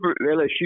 lsu